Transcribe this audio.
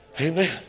Amen